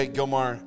Gilmar